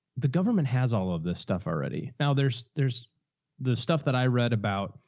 the government has all of this stuff already. now there's, there's the stuff that i read about,